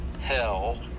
hell